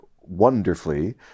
wonderfully